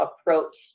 approach